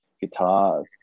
guitars